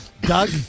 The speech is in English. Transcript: Doug